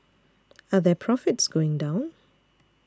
are their profits going down